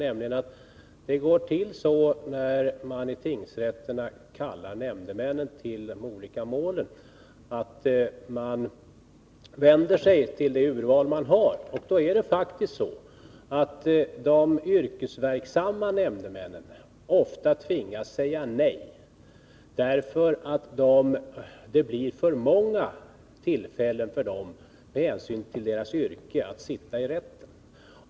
Det går nämligen till så, när man i tingsrätterna kallar nämndemän till olika mål, att man vänder sig till det urval man har, och då tvingas faktiskt de yrkesverksamma nämndemännen ofta säga nej därför att det blir för många tillfällen att sitta i rätten för dem med hänsyn till deras yrke.